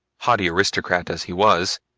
haughty aristocrat as he was,